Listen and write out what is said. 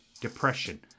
depression